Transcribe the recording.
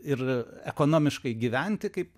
ir ekonomiškai gyventi kaip